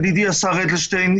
ידידי השר אדלשטיין,